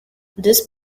this